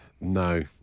No